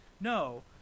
no